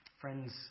friends